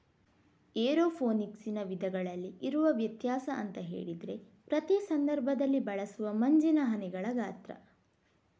ಏರೋಫೋನಿಕ್ಸಿನ ವಿಧಗಳಲ್ಲಿ ಇರುವ ವ್ಯತ್ಯಾಸ ಅಂತ ಹೇಳಿದ್ರೆ ಪ್ರತಿ ಸಂದರ್ಭದಲ್ಲಿ ಬಳಸುವ ಮಂಜಿನ ಹನಿಗಳ ಗಾತ್ರ